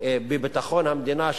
בביטחון המדינה,